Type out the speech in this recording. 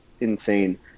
insane